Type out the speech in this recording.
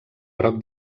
groc